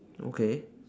okay